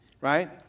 right